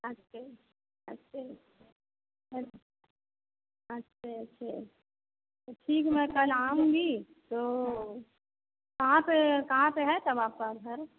अच्छे अच्छे अच्छे है अच्छे अच्छे तो ठीक है मैं कल आऊँगी तो कहाँ पर कहाँ पर है तब आपका घर